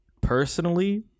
personally